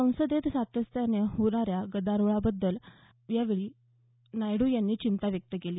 संसदेत सातत्यानं होणाऱ्या गोंधळाबद्दलही यावेळी नायडू यांनी चिंता व्यक्त केली